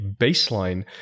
baseline